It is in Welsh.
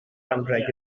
anrheg